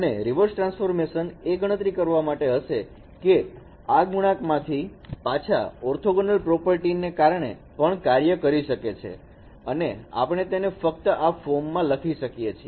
અને reverse transform એ ગણતરી કરવા માટે હશે કે આ ગુણાંકમાં થી પાછા ઓર્થોગોનલ પ્રોપર્ટીને કારણે પણ કાર્ય કરી શકે છે અને આપણે તેને ફક્ત આ ફોર્મ માં લખી શકીએ છીએ